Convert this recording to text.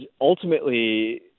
ultimately